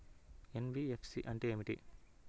NBFC అంటే ఏమిటి?